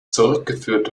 zurückgeführt